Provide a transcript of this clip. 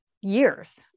years